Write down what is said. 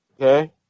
Okay